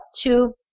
two